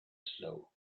slow